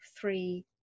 three